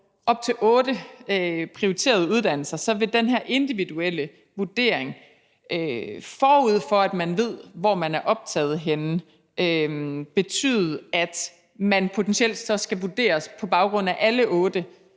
op til otte prioriterede uddannelser, vil den her individuelle vurdering, forud for at man ved, hvor man er optaget henne, betyde, at man potentielt så skal vurderes på baggrund af alle otte